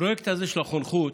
הפרויקט הזה של החונכות,